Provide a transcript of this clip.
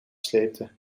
sleepte